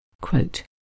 Quote